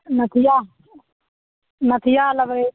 नथिआ लेबय